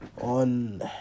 on